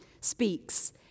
speaks